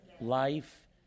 Life